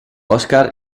óscar